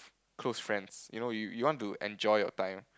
close friends you know you you want to enjoy your time